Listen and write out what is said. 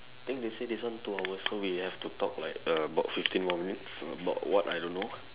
think they say this one two hours so we have to talk like about fifteen more minutes about what I don't know